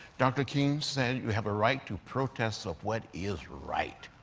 dr. king said you have a right to protest of what is right?